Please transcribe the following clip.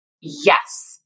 Yes